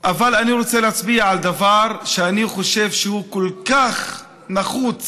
אני אומר את זה כמי שנמצא הרבה מאוד